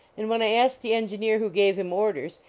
and when i asked the engineer who gave him orders,